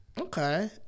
Okay